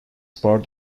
part